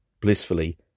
blissfully